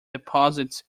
deposits